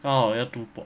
刚好要读 po~